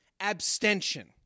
abstention